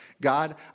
God